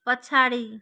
पछाडि